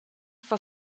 for